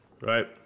right